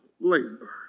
labor